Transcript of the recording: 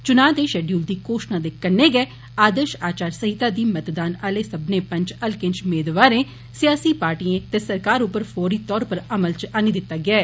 चुनाएं दे श्डयूल दी घोषणा दे कन्नै गै आदर्श आचार संहिता गी मतदान आले सब्बने पंच हलकें इच मेदवारें सियासी पार्टीयें ते सरकार पर फौरी तौरे पर अमल इच आन्नी दित्ता गेया ऐ